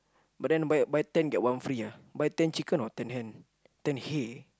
but then buy a buy ten get one free ah buy ten chicken or ten hen ten hay